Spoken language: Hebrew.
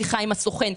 בשיחה עם הסוכן,